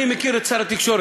אני מכיר את שר התקשורת,